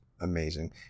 amazing